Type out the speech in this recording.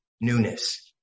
newness